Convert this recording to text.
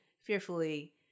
fearfully